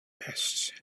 pests